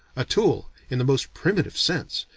a tool, in the most primitive sense,